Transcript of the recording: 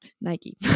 Nike